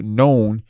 known